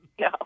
No